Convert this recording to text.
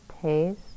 taste